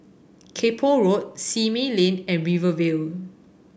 Kay Poh Road Simei Lane and Rivervale